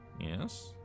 Yes